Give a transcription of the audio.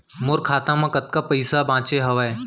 मोर खाता मा कतका पइसा बांचे हवय?